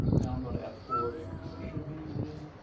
now i'm going to f four. it's where i should be for these.